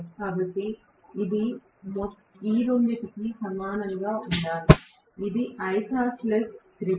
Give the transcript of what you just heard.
కాబట్టి ఇది ఈ రెండు సమానంగా ఉండాలి ఇది ఐసోసైల్స్ త్రిభుజం